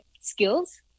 skills